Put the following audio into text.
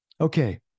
Okay